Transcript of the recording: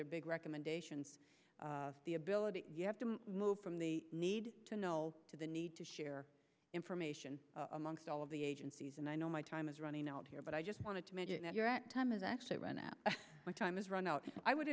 their big recommendations the ability you have to move from the need to know to the need to share information amongst all of the agencies and i know my time is running out here but i just wanted to mention that your time is actually run out my time is run out i would